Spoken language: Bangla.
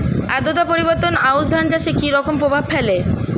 আদ্রতা পরিবর্তন আউশ ধান চাষে কি রকম প্রভাব ফেলে?